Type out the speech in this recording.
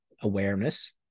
awareness